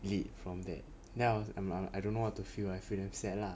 lead from that then I was I'm I'm I don't know what to feel I feel damn sad lah